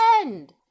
end